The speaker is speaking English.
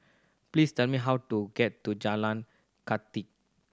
please tell me how to get to Jalan Kathi